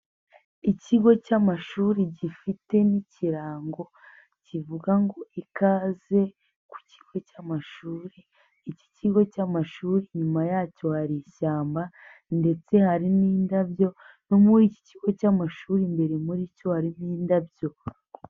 Ikigo cy'amashuri gifite n'ikirango kivuga ngo ikaze ku kigo cy'amashuri, iki kigo cy'amashuri inyuma yacyo hari ishyamba ndetse hari n'indabyo no muri iki kigo cy'amashuri imbere muri cyo hari n'indabyo.